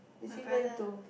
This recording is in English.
my brother